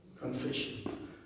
confession